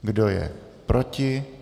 Kdo je proti?